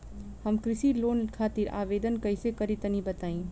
हम कृषि लोन खातिर आवेदन कइसे करि तनि बताई?